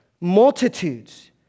multitudes